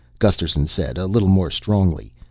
gusterson said a little more strongly.